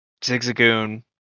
Zigzagoon